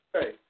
Hey